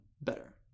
better